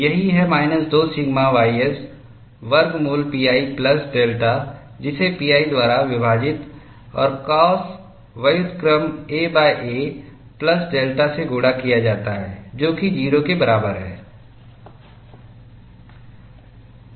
यही है minus 2 sigma ys वर्गमूल pi प्लस डेल्टा जिसे pi द्वारा विभाजित और काश व्युत्क्रम aa प्लस डेल्टा से गुणा किया जाता है जो कि 0 के बराबर है